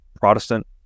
Protestant